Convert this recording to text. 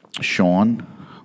Sean